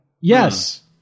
Yes